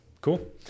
Cool